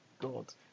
God